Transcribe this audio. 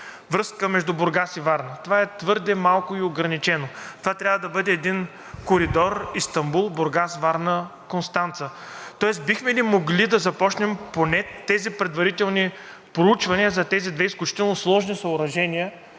връзка между Бургас и Варна, това е твърде малко и ограничено, това трябва да бъде един коридор Истанбул – Бургас – Варна – Констанца? Тоест бихме ли могли да започнем поне тези предварителни проучвания за тези две изключително сложни съоръжения